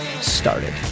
started